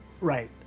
Right